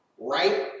right